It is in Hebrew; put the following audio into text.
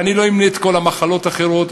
לא אמנה את כל המחלות האחרות.